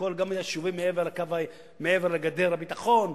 גם יישובים מעבר לגדר הביטחון,